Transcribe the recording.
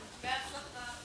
בהצלחה.